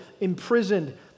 imprisoned